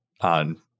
on